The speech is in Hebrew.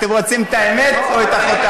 אתם רוצים את האמת, או את אחותה?